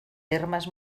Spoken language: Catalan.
termes